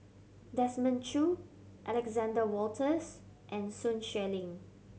Desmond Choo Alexander Wolters and Sun Xueling